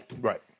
Right